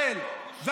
לא רואה,